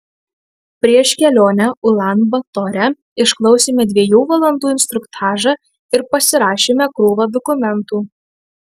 prieš kelionę ulan batore išklausėme dviejų valandų instruktažą ir pasirašėme krūvą dokumentų